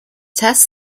test